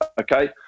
okay